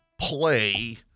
play